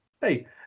hey